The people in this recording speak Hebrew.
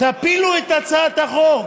תפילו את הצעת החוק,